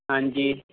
ਹਾਂਜੀ